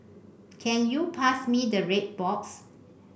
can you pass me the red box